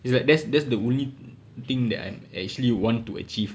it's like that's that's the only thing that I actually want to achieve